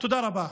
תודה רבה.